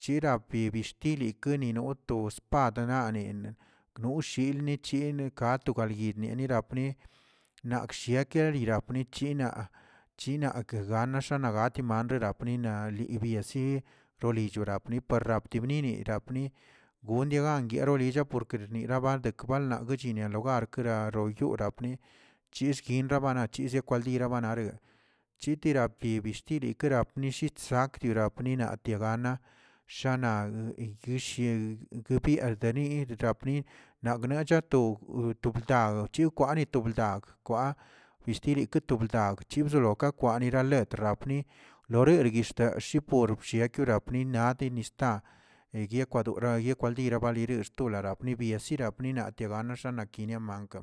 chira bibi shtili ni noto spad naninə knoshil nichil ka to galyidnini narirabni' shiekne nirapni china chinak gueganax naꞌ gatiman rapni nali biasi lo lillo rapni pirapni binini rapni gondiagan rirarillaa kerniraba dekalba yinia logar karáa woyorapni, chiskin rabara chim kwaldira banapre chitira pabishtili pibə nishi tsak dira wninata gana, san gueshiel biguield ni napni nagnacha to lbdane chilkwane to dag kwa, kishtirito bdlakwag chibzolo to kwag yira letr brapni, lorere guishta yipor bsheeke ninade ni sta yiyekwadora yiyelkwadila wedire xtolaro biesirapnira yegaxane kil manka.